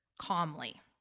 calmly